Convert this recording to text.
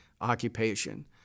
occupation